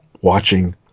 watching